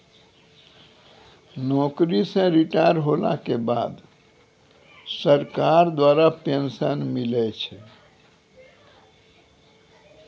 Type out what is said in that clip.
नौकरी से रिटायर होला के बाद सरकार द्वारा पेंशन मिलै छै